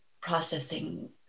processing